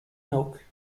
milk